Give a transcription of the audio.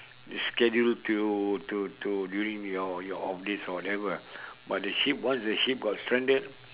you schedule till to to during your your off days or whatever ah but the ship once the ship got stranded